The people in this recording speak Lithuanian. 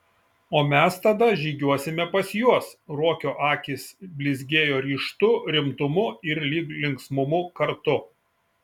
o mes tada žygiuosime pas juos ruokio akys blizgėjo ryžtu rimtumu ir lyg linksmumu kartu